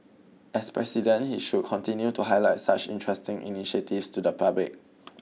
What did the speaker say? as president he should continue to highlight such interesting initiatives to the public